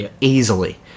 easily